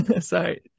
sorry